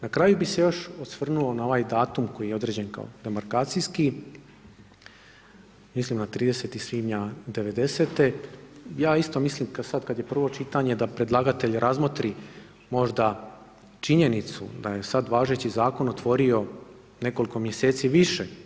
Na kraju bih se još osvrnuo na ovaj datum koji je određene kao … mislim na 30. svibnja '90., ja isto mislim sada kada je prvo čitanje da predlagatelj razmotri možda činjenicu da je sada važeći zakon otvorio nekoliko mjeseci više.